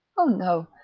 oh no.